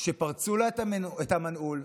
שפרצו לה את המנעול,